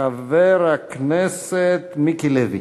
חבר הכנסת מיקי לוי.